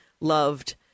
loved